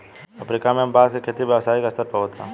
Africa में अब बांस के खेती व्यावसायिक स्तर पर होता